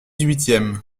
huitième